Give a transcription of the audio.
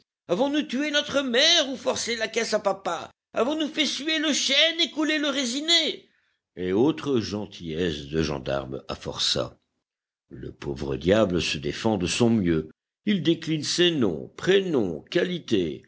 avons-nous tué notre mère ou forcé la caisse à papa avons-nous fait suer le chêne et couler le raisiné et autres gentillesses de gendarme à forçat le pauvre diable se défend de son mieux il décline ses nom prénoms qualité